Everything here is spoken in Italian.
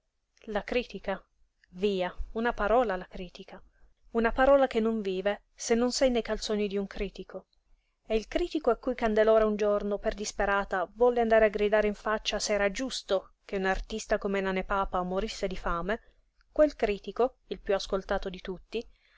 la critica via una parola la critica una parola che non vive se non nei calzoni d'un critico e il critico a cui candelora un giorno per disperata volle andare a gridare in faccia se era giusto che un artista come nane papa morisse di fame quel critico il piú ascoltato di tutti